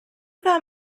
that